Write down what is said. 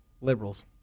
liberals